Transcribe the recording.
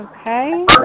Okay